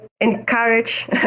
encourage